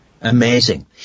Amazing